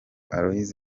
aloys